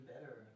better